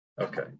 okay